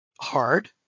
hard